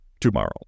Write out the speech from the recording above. tomorrow